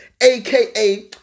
aka